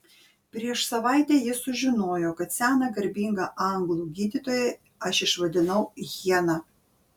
prieš savaitę jis sužinojo kad seną garbingą anglų gydytoją aš išvadinau hiena